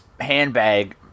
handbag